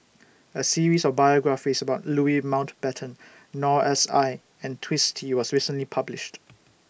A series of biographies about Louis Mountbatten Noor S I and Twisstii was recently published